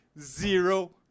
zero